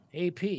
AP